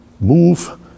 move